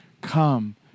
come